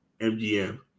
MGM